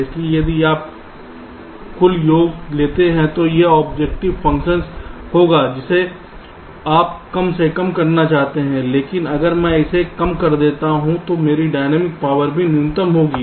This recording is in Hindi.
इसलिए यदि आप कुल योग लेते हैं तो यह ऑब्जेक्टिव फंक्शन होगा जिसे आप कम से कम करना चाहते हैं क्योंकि अगर मैं इसे कम कर देता हूं तो मेरी डायनामिक पावर भी न्यूनतम होगी